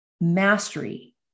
mastery